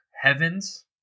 heavens